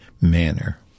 manner